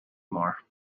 more